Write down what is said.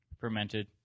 fermented